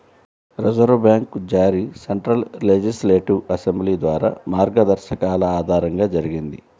reserve bank జారీ central legislative assembly ద్వారా మార్గదర్శకాల ఆధారంగా జరిగింది